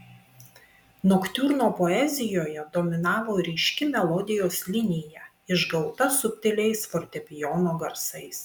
noktiurno poezijoje dominavo ryški melodijos linija išgauta subtiliais fortepijono garsais